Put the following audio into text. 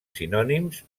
sinònims